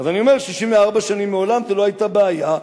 אז אני אומר, 64 שנים, מעולם זה לא היתה בעיה.